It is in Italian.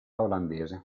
olandese